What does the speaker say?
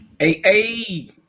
Hey